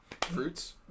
Fruits